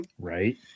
Right